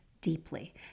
deeply